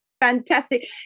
Fantastic